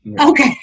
Okay